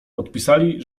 podpisali